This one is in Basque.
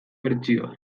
bertsioa